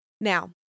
Now